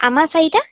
আমাৰ চাৰিটা